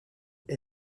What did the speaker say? elle